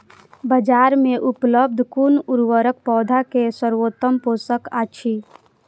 बाजार में उपलब्ध कुन उर्वरक पौधा के सर्वोत्तम पोषक अछि?